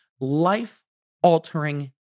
life-altering